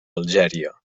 algèria